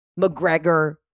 McGregor